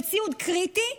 וציוד קריטי,